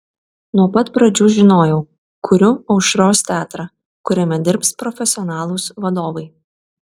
nuo pat pradžių žinojau kuriu aušros teatrą kuriame dirbs profesionalūs vadovai